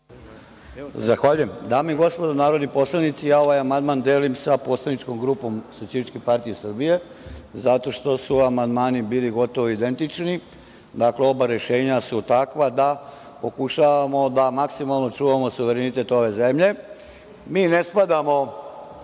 Rističević** Dame i gospodo narodni poslanici, ja ovaj amandman delim sa poslaničkom grupom SPS zato što su amandmani bili gotovo identični. Dakle, oba rešenja su takva da pokušavamo da maksimalno čuvamo suverenitet ove zemlje. Mi ne spadamo